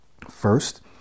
First